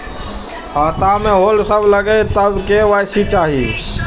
खाता में होल्ड सब लगे तब के.वाई.सी चाहि?